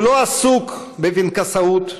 הוא לא עסוק בפנקסנות.